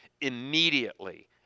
immediately